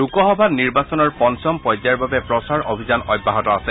লোকসভা নিৰ্বাচনত পঞ্চম পৰ্যায়ৰ বাবে প্ৰচাৰ অভিযান অব্যাহত আছে